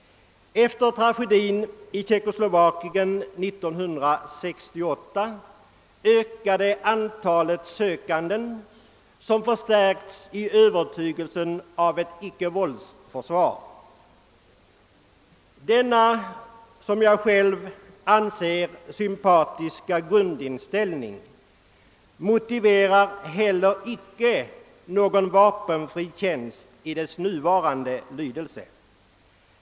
Efter tragedin i Tjeckoslovakien år 1968 ökade antalet sökande som stärkts i övertygelsen om det goda i att ha ett icke-vålds-försvar. Denna enligt min mening sympatiska grundinställning motiverar dock inte någon vapenfri tjänst i lagens nuvarande form.